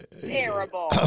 Terrible